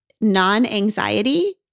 non-anxiety